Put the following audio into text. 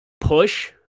push